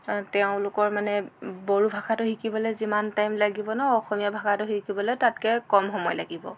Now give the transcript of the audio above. তেওঁলোকৰ মানে বড়ো ভাষাটো শিকিবলৈ যিমান টাইম লাগিব ন অসমীয়া ভাষাটো শিকিবলৈ তাতকৈ কম সময় লাগিব